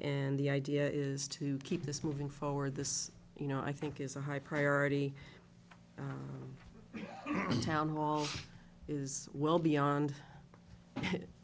and the idea is to keep this moving forward this you know i think is a high priority town hall is well beyond